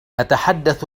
أتحدث